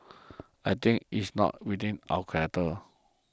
I think it is not within our character